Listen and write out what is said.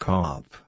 Cop